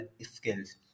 skills